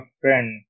friend